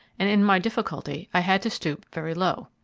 and in my difficulty i had to stoop very low.